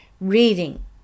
reading